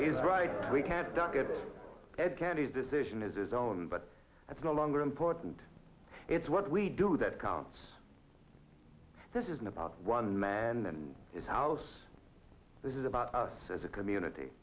he's right we can't duck it and candy's decision is his own but that's no longer important it's what we do that counts this isn't about one man and his house this is about us as a community